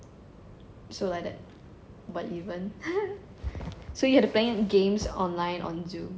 so like that what even so you had to playing games online on zoom